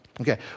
okay